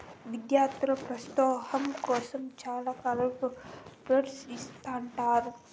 విద్యార్థుల ప్రోత్సాహాం కోసం చాలా రకాల ఫండ్స్ ఇత్తుంటారు